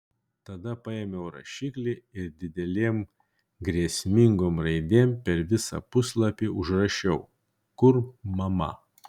tada paėmiau rašiklį ir didelėm grėsmingom raidėm per visą puslapį užrašiau kur mama